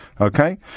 Okay